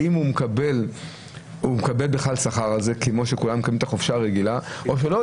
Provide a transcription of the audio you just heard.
האם הוא מקבל בכלל שכר על זה כמו שכולם מקבלים את החופשה הרגילה או שלא?